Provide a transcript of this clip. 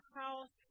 house